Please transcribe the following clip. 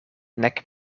nek